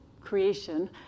creation